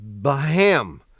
BAHAM